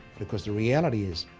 because the reality is,